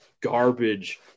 garbage